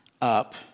up